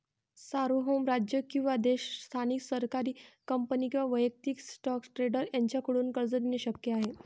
सार्वभौम राज्य किंवा देश स्थानिक सरकारी कंपनी किंवा वैयक्तिक स्टॉक ट्रेडर यांच्याकडून कर्ज देणे शक्य आहे